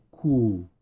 cool